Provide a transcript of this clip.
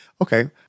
Okay